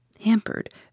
hampered